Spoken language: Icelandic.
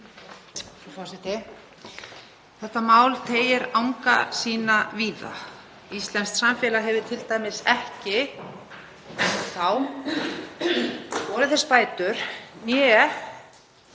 Þetta mál teygir anga sína víða. Íslenskt samfélag hefur t.d. ekki enn þá borið þess bætur né